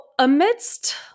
Amidst